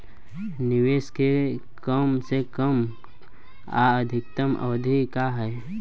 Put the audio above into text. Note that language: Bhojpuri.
निवेश के कम से कम आ अधिकतम अवधि का है?